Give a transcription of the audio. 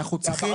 אנחנו צריכים